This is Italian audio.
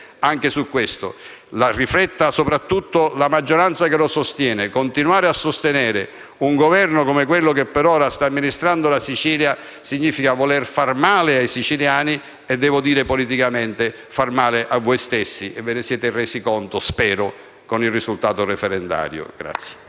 anche su questo. Rifletta soprattutto la maggioranza che la sostiene: continuare a sostenere un Governo come quello che per ora sta amministrando la Sicilia, significa voler far male ai siciliani e, politicamente, far male a voi stessi e ve ne siete resi conto - spero - con il risultato referendario.